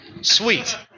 sweet